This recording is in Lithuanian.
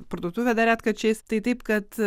parduotuvė dar retkarčiais tai taip kad